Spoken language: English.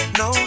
no